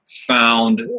found